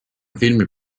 filmi